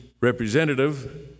representative